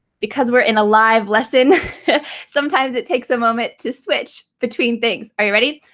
because we're in a live lesson sometimes it takes a moment to switch between things. are you ready?